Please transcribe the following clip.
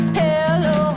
hello